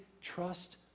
trust